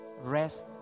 rest